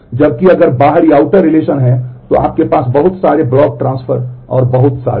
जबकि अगर बाहरी रिलेशन है तो आपके पास बहुत सारे ब्लॉक ट्रांसफर हैं और बहुत सारे हैं